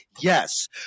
yes